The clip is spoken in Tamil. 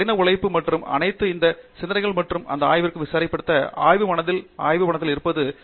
இந்த கடின உழைப்பு மற்றும் அனைத்து இந்த சிந்தனை மற்றும் இந்த ஆய்வகங்கள் வரிசைப்படுத்த ஆய்வு மனதில் ஆய்வக மனதில் இருப்பது